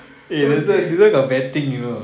okay